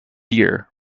year